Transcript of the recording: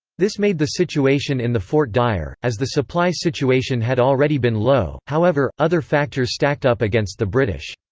this made the situation in the fort dire, as the supply situation had already been low, however, other factors stacked up against the british.